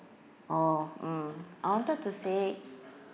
oh mm I wanted to say